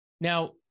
Now